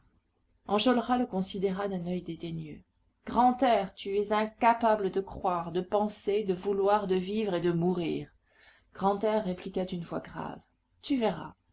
le considéra d'un oeil dédaigneux grantaire tu es incapable de croire de penser de vouloir de vivre et de mourir grantaire répliqua d'une voix grave tu verras